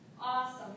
Awesome